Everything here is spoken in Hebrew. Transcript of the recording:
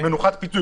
מנוחת פיצוי.